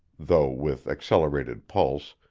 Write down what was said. though with accelerated pulse,